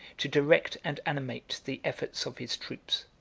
to direct and animate the efforts of his troops.